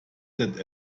that